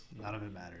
none